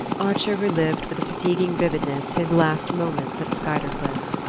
archer relived with a fatiguing vividness his last moments at skuytercliff.